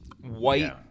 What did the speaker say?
white